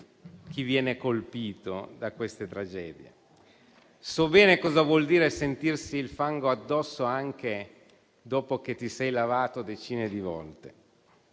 chi viene colpito da queste tragedie. So bene cosa vuol dire sentirsi il fango addosso anche dopo che ti sei lavato decine di volte.